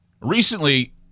Recently